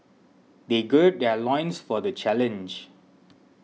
they gird their loins for the challenge